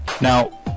Now